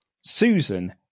Susan